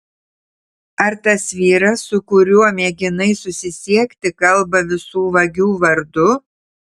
ar tas vyras su kuriuo mėginai susisiekti kalba visų vagių vardu